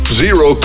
zero